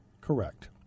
Correct